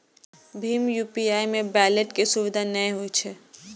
भीम UPI मे wallet के सुविधा नै होइ छै